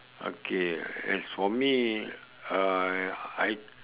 okay as for me uh I